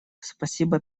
спасибо